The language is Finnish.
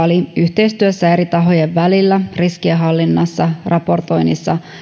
oli yhteistyössä eri tahojen välillä riskienhallinnassa raportoinnissa